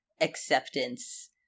acceptance